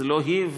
אז לא היה.